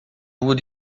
would